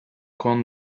con